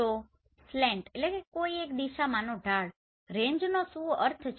તો સ્લેંટSlantકોઈ એક દિશા માનો ઢાળ રેંજનો શું અર્થ છે